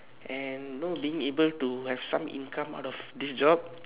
and know being able to have some income out of this job